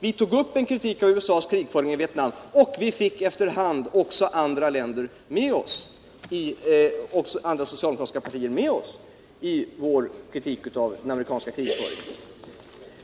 Vi tog upp en kritik av USA:s krigföring i Vietnam och fick efter hand också andra soctaldemokratiska partier och andra grupper med oss i denna kritik.